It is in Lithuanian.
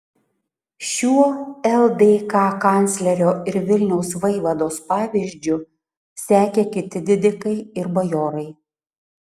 šiuo ldk kanclerio ir vilniaus vaivados pavyzdžiu sekė kiti didikai ir bajorai